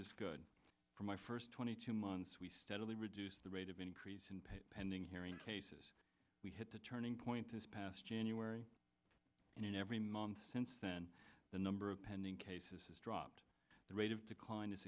is good for my first twenty two months we steadily reduce the rate of increase in pay pending hearing cases we hit the turning point this past january and in every month since then the number of pending cases has dropped the rate of decline is